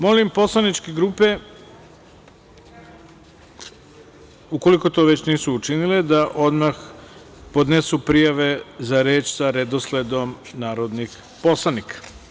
Molim poslaničke grupe, ukoliko to već nisu učinile, da odmah podnesu prijave za reč sa redosledom narodnih poslanika.